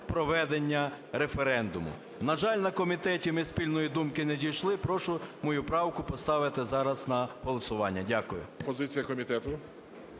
Позиція комітету.